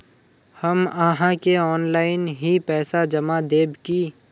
हम आहाँ के ऑनलाइन ही पैसा जमा देब की?